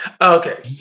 Okay